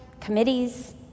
committees